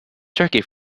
turkey